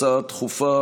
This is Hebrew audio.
הצעות דחופות